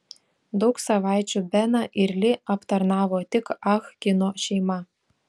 daug savaičių beną ir li aptarnavo tik ah kino šeima